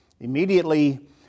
Immediately